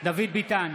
דוד ביטן,